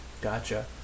Gotcha